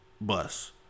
bus